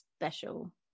special